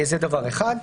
זה דבר אחד.